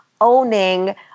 owning